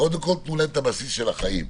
קודם כל תנו להם את הבסיס של החיים.